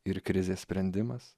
ir krizės sprendimas